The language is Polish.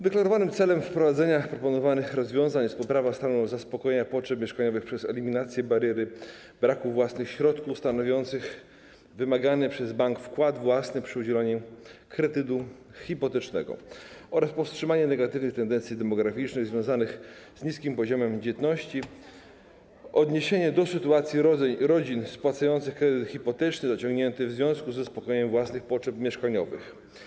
Deklarowanym celem wprowadzenia proponowanych rozwiązań jest poprawa stanu zaspokojenia potrzeb mieszkaniowych przez eliminację bariery braku własnych środków stanowiących wymagany przez bank wkład własny przy udzielaniu kredytu hipotecznego oraz powstrzymanie negatywnych tendencji demograficznych związanych z niskim poziomem dzietności, odniesione do sytuacji rodzin spłacających kredyt hipoteczny zaciągnięty w związku z zaspokojeniem własnych potrzeb mieszkaniowych.